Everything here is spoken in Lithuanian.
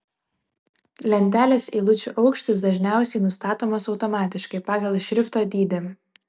lentelės eilučių aukštis dažniausiai nustatomas automatiškai pagal šrifto dydį